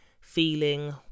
feeling